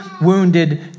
wounded